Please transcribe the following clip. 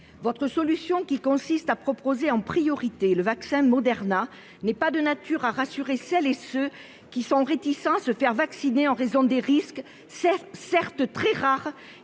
Votre solution, qui consiste à proposer en priorité le vaccin Moderna, n'est pas de nature à rassurer celles et ceux qui sont réticents à se faire vacciner en raison des risques, certes très rares,